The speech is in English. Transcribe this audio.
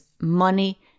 money